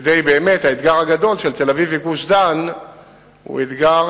כי האתגר הגדול של תל-אביב וגוש-דן הוא אתגר